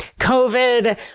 COVID